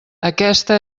aquesta